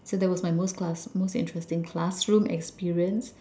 so there was my most class most interesting classroom experience